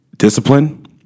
Discipline